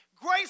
grace